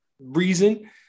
reason